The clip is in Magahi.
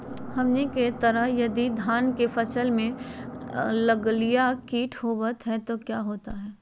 हमनी के तरह यदि धान के फसल में गलगलिया किट होबत है तो क्या होता ह?